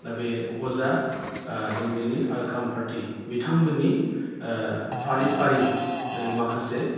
दा बे अजा दौदिनि आरो खामफार्टि बिथांमोननि फारि फारि माखासे